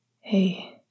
Hey